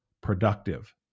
productive